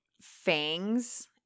fangs